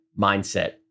mindset